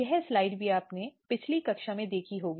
यह स्लाइड भी आपने पिछली कक्षा में देखी होगी